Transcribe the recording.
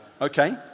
Okay